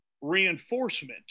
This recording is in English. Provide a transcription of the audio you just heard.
reinforcement